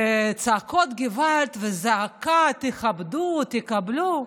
צעקות געוואלד וזעקה: תכבדו, תקבלו.